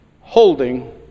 holding